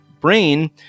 brain